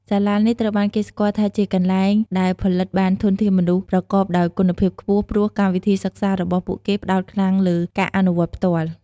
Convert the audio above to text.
សាលានេះត្រូវបានគេស្គាល់ថាជាកន្លែងដែលផលិតបានធនធានមនុស្សប្រកបដោយគុណភាពខ្ពស់ ព្រោះកម្មវិធីសិក្សារបស់ពួកគេផ្ដោតខ្លាំងលើ ការអនុវត្តផ្ទាល់ ។